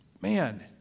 man